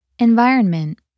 Environment